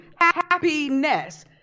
happiness